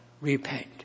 Repent